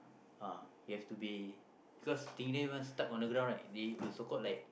uh you have to be cause stingray once stuck on the ground right they will so called like